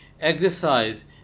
exercise